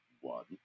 one